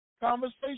conversation